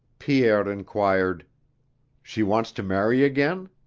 pierre inquired she wants to marry again?